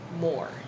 more